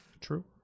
True